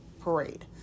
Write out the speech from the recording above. parade